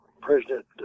President